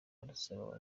arasaba